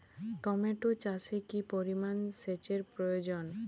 Tomato চাষে কি পরিমান সেচের প্রয়োজন?